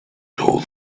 told